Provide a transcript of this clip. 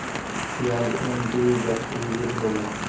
पियाज anti bacterial होला